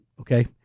okay